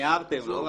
מיהרתם לא רק טרחתם.